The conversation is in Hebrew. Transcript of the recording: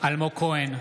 אלמוג כהן,